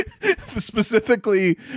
Specifically